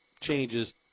changes